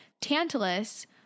Tantalus